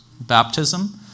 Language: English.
baptism